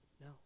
No